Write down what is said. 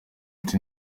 ati